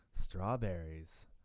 strawberries